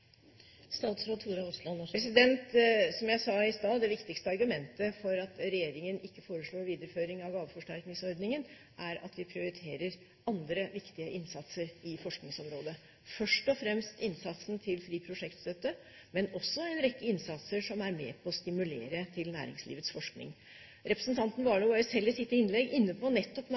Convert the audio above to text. Som jeg sa i stad: Det viktigste argumentet for at regjeringen ikke foreslår videreføring av gaveforsterkningsordningen, er at vi prioriterer andre viktige innsatser i forskningsområdet – først og fremst innsatsen til fri prosjektstøtte, men også en rekke innsatser som er med på å stimulere til næringslivets forskning. Representanten Warloe var selv i sitt innlegg inne på nettopp